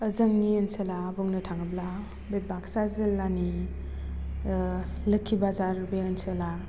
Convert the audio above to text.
जोंनि ओनसोलाव बुंनो थाङोब्ला बे बाक्सा जिल्लानि लोखि बाजार बे ओनसोला